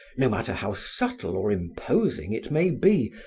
no matter how subtle or imposing it may be,